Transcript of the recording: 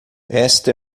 esta